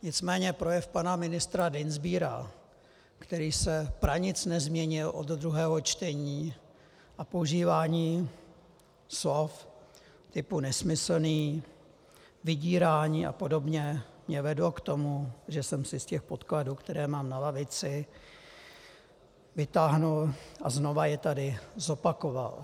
Nicméně projev pana ministra Dienstbiera, který se pranic nezměnil od druhého čtení, a používání slov typu nesmyslný, vydírání a podobně mě vedly k tomu, že jsem si z těch podkladů, které mám na lavici, vytáhl a znovu je tady zopakoval.